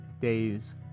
days